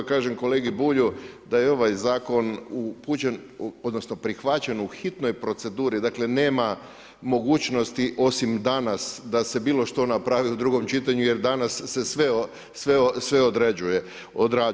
Kažem kolegi Bulju da je ovaj zakon upućen, odnosno, prihvaćen u hitnoj proceduri, dakle, nema mogućnosti osim danas da se bilo što napravi u drugom čitanju, jer danas se sve odrađuje.